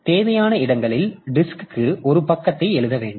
தேவையான இடங்களில் டிஸ்க்கு ஒரு பக்கத்தை எழுத வேண்டும்